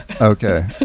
Okay